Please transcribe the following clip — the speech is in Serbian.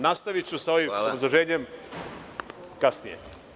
Nastaviću sa ovim obrazloženjem kasnije.